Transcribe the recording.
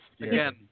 Again